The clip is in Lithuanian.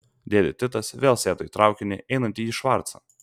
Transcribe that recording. dėdė titas vėl sėdo į traukinį einantį į švarcą